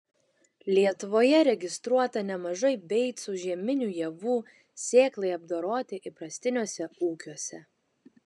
lietuvoje registruota nemažai beicų žieminių javų sėklai apdoroti įprastiniuose ūkiuose